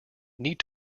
need